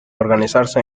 organizarse